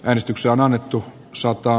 äänestyksiä on annettu sota